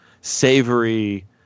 savory